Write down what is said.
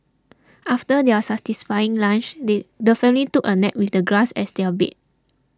after their satisfying lunch they the family took a nap with the grass as their bed